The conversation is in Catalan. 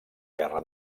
guerra